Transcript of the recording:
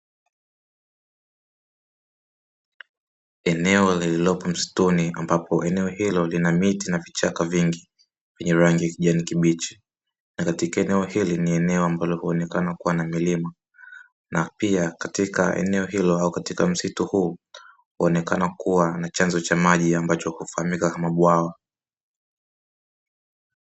Eneo lililopo msituni ambapo eneo hilo lina miti na vichaka vingi vyenye rangi kijani kibichi na katika eneo hili ni eneo ambalo huonekana kuwa na milima, na pia katika eneo hilo au katika msitu huu uonekana kuwa na chanzo cha maji ambacho hufahamika kama bwawa.